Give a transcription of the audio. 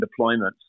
deployments